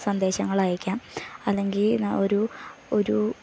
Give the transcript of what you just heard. സന്ദേശങ്ങൾ അയക്കാം അല്ലെങ്കിൽ ഒരു ഒരു